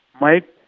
Mike